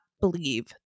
believe